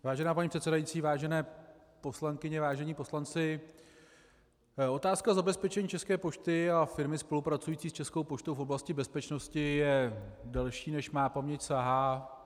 Vážená paní předsedající, vážené poslankyně, vážení poslanci, otázka zabezpečení České pošty a firmy spolupracující s Českou poštou v oblasti bezpečnosti je delší, než má paměť sahá.